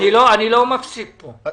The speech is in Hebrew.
אני לא מפסיק פה.